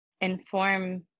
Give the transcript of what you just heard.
inform